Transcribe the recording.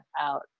out